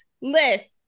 list